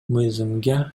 мыйзамга